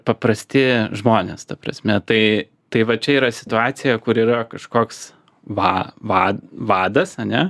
paprasti žmonės ta prasme tai tai va čia yra situacija kur yra kažkoks va va vadas ane